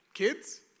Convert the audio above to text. Kids